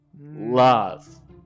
love